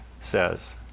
says